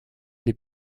les